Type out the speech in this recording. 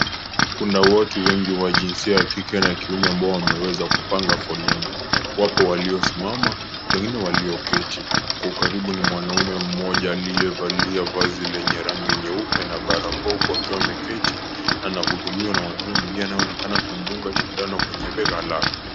Kuna watu wengi wa jinsia ya kike na kiume ambao wameweza kupanga foleni. Wapo waliosimama, wengine walioketi. Kwa ukaribu ni mwanaume mmoja aliyevalia vazi lenye rangi nyeupe na barakoa huku akiwa ameketi, anahudumiwa na mwanaume mwingine anayeonekana kumdunga sindano kwenye bega la lake.